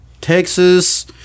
Texas